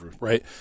right